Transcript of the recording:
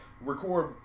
record